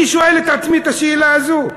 אני שואל את עצמי את השאלה הזאת.